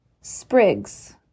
Sprigs